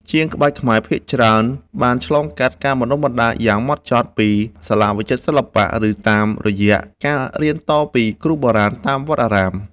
ជាងក្បាច់ខ្មែរភាគច្រើនបានឆ្លងកាត់ការបណ្ដុះបណ្ដាលយ៉ាងហ្មត់ចត់ពីសាលាវិចិត្រសិល្បៈ ឬតាមរយៈការរៀនតពីគ្រូបុរាណតាមវត្តអារាម។